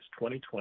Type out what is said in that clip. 2020